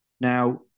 Now